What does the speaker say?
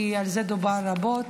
כי על זה דובר רבות.